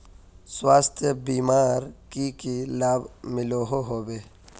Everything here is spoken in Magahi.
स्वास्थ्य बीमार की की लाभ मिलोहो होबे?